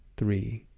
three,